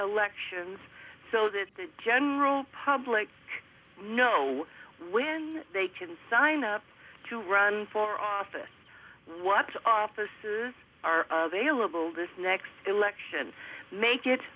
elections so that the general public know when they can sign up to run for office what offices are available this next election make it